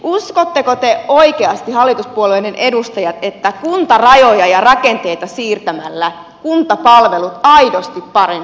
uskotteko te oikeasti hallituspuolueiden edustajat että kuntarajoja ja rakenteita siirtämällä kuntapalvelut aidosti paranevat